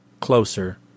closer